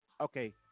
Okay